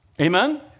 Amen